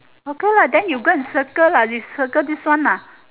okay lah then you go and circle lah you circle this one ah